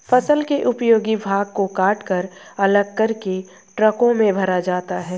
फसल के उपयोगी भाग को कटकर अलग करके ट्रकों में भरा जाता है